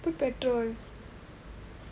put petrol